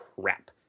crap